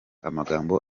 amagambo